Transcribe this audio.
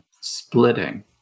splitting